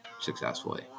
successfully